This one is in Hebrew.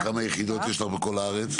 כמה יחידות יש לך בכל הארץ?